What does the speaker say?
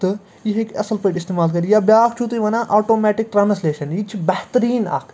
تہٕ یہِ ہٮ۪کہِ اَصٕل پٲٹھۍ استعمال کٔرِتھ یا بیاکھ چھُو تُہۍ وَنان آٹومٮ۪ٹِک ٹرانَسلیشَن یہِ چھِ بہتریٖن اَکھ